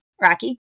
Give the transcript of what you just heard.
Rocky